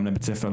גם לבית הספר,